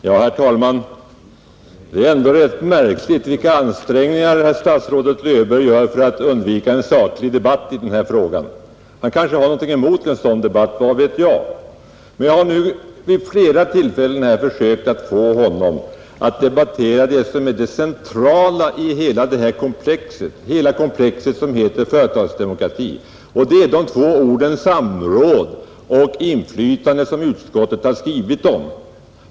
Herr talman! Det är ändå märkligt vilka ansträngningar statsrådet Löfberg gör för att undvika en saklig debatt i denna fråga. Han kanske har något emot en sådan debatt — vad vet jag. Men jag har nu vid flera tillfällen försökt få honom att debattera det centrala i hela frågekomplexet om företagsdemokratin, nämligen de två orden samråd och inflytande, som utskottet har skrivit om.